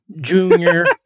Junior